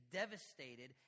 devastated